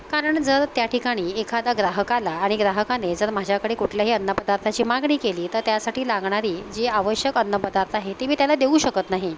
कारण जर त्या ठिकाणी एखादा ग्राहक आला आणि ग्राहकाने जर माझ्याकडे कुठल्याही अन्नपदार्थाची मागणी केली तर त्यासाठी लागणारे जे आवश्यक अन्नपदार्थ आहे ते मी त्याला देऊ शकत नाही